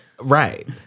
Right